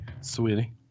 sweetie